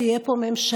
תהיה פה ממשלה.